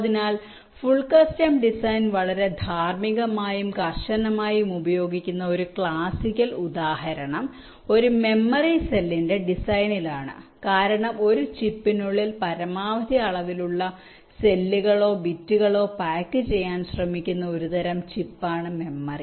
അതിനാൽ full custom design വളരെ ധാർമ്മികമായും കർശനമായും ഉപയോഗിക്കുന്ന ഒരു ക്ലാസിക്കൽ ഉദാഹരണം ഒരു മെമ്മറി സെല്ലിന്റെ ഡിസൈനിലാണ് കാരണം ഒരു ചിപ്പിനുള്ളിൽ പരമാവധി അളവിലുള്ള സെല്ലുകളോ ബിറ്റുകളോ പായ്ക്ക് ചെയ്യാൻ ശ്രമിക്കുന്ന ഒരു തരം ചിപ്പാണ് മെമ്മറി